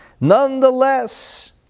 nonetheless